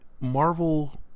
Marvel